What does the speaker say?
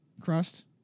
crust